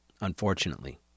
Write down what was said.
Unfortunately